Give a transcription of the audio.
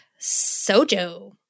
sojo